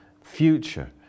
future